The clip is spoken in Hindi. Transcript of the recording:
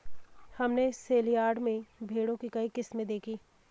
हमने सेलयार्ड में भेड़ों की कई किस्में देखीं